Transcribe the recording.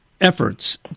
efforts